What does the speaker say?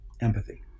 empathy